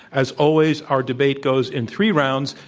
as always, our debate goes in three rounds,